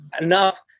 enough